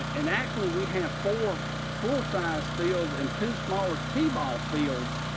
and actually we have four full-size fields and two smaller tee-ball fields.